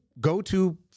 go-to